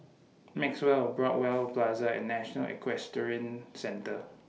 Maxwell Broadway Plaza and National Equestrian Centre